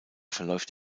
verläuft